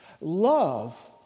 love